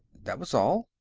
that was all.